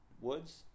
Woods